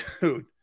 dude